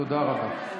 תודה רבה.